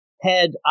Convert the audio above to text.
head